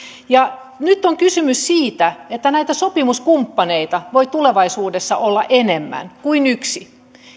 nyt on kysymys siitä että näitä sopimuskumppaneita voi tulevaisuudessa olla enemmän kuin yksi